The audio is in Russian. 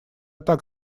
так